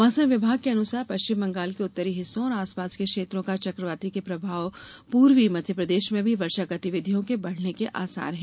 मौसम विभाग के अनुसार पश्चिम बंगाल के उत्तरी हिस्सों और आसपास के क्षेत्रों का चक्रवाती के प्रभाव पूर्वी मध्य प्रदेश में भी वर्षा गतिविधियों के बढाने के आसार है